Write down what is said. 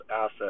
asset